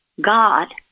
God